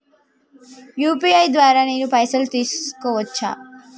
UPI ద్వారా నేను పైసలు తీసుకోవచ్చా?